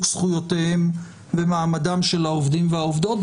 זכויותיהם ומעמדם של העובדים והעובדות,